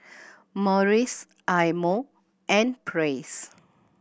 Morries Eye Mo and Praise